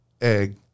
egg